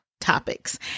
topics